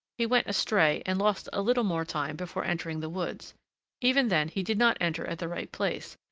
he went astray and lost a little more time before entering the woods even then he did not enter at the right place,